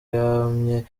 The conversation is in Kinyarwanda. yamye